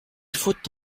faut